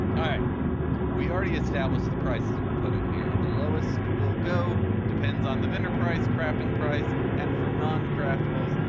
ah we already established the prices we'll put in here. the lowest you'll go depends on the vendor price, crafting price, and for noncraftables,